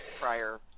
prior